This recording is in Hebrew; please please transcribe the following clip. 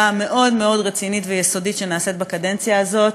מאוד מאוד רצינית ויסודית שנעשית בקדנציה הזאת.